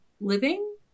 living